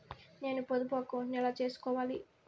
నేను పొదుపు అకౌంటు ను ఎలా సేసుకోవాలి?